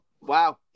wow